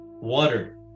water